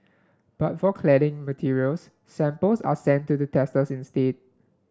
but for cladding materials samples are sent to the testers instead